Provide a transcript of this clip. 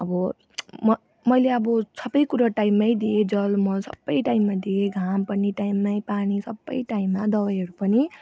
अब म मैले अब सबै कुरो टाइममै दिएँ जल मल सबै टाइममा दिएँ घाम पनि टाइममै पानी सबै टाइममा दबाईहरू पनि